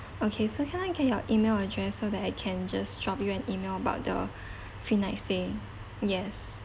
okay so can I get your E-mail address so that I can just drop you an E-mail about the free night stay yes